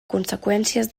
conseqüències